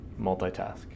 multitask